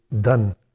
done